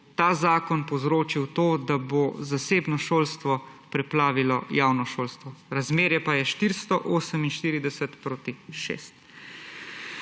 ta zakon povzročil to, da bo zasebno šolstvo preplavilo javno šolstvo, razmerje pa je 448 proti 6.